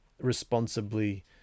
responsibly